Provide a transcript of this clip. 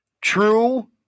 True